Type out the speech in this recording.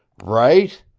right?